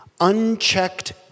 unchecked